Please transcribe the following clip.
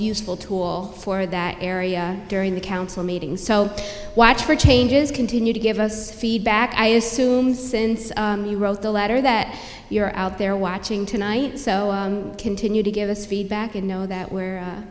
useful tool for that area during the council meeting so watch for changes continue to give us feedback i assume since you wrote the letter that you're out there watching tonight so continue to give us feedback and know that where